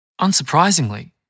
Unsurprisingly